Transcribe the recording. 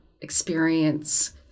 experience